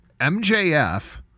MJF